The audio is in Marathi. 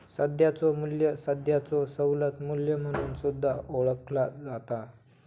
सध्याचो मू्ल्य सध्याचो सवलत मू्ल्य म्हणून सुद्धा ओळखला जाता